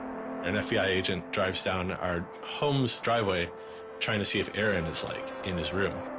and fbi agent drives down our home's driveway trying to see if aaron is like in this room.